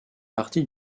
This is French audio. partie